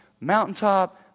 mountaintop